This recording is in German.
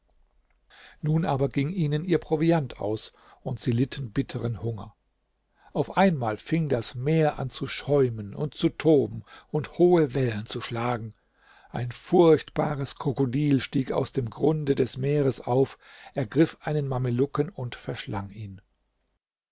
nun aber ging ihnen ihr proviant aus und sie litten bitteren hunger auf einmal fing das meer an zu schäumen und zu toben und hohe wellen zu schlagen ein furchtbares krokodil stieg aus dem grund des meeres auf ergriff einen mamelucken und verschlang ihn